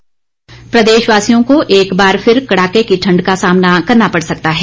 मौसम प्रदेशवासियों को एक बार फिर कड़ाके की ठंड का सामना करना पड़ सकता है